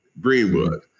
Greenwood